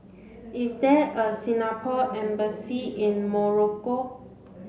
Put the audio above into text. is there a Singapore embassy in Morocco